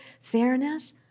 Fairness